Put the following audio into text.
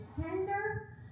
tender